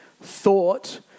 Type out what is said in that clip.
thought